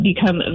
Become